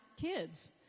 kids